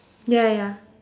ya ya ya